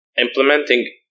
implementing